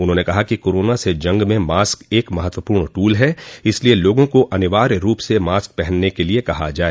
उन्होंने कहा कि कोरोना से जंग में मास्क एक महत्वपूर्ण ट्रल है इसलिए लोगों को अनिवार्य रूप से मास्क पहनने के लिए कहा जाए